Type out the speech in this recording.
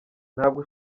ntabwo